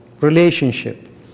relationship